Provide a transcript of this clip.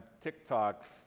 TikTok